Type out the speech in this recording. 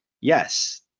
Yes